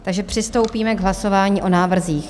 Takže přistoupíme k hlasování o návrzích.